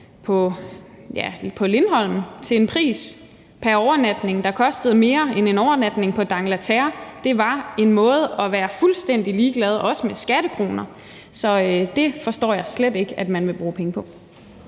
på Lindholm til en pris pr. overnatning, der var højere end prisen for en overnatning på d'Angleterre, var der tale om en måde at være fuldstændig ligeglad på, også med skattekroner. Så det forstår jeg slet ikke man vil bruge penge på.